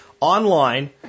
online